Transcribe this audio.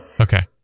Okay